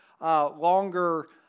longer